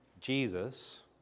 Jesus